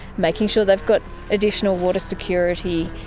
making sure they've got additional water security.